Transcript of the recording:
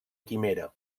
quimera